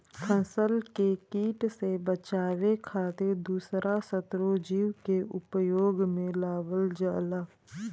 फसल के किट से बचावे खातिर दूसरा शत्रु जीव के उपयोग में लावल जाला